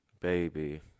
Baby